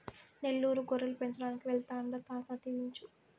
నెల్లూరు గొర్రెలు పెంచడానికి వెళ్తాండా తాత దీవించు